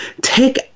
Take